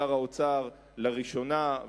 שר האוצר לראשונה,